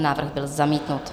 Návrh byl zamítnut.